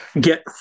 get